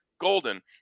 golden